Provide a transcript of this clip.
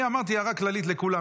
אני אמרתי הערה כללית לכולם.